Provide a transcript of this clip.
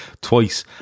twice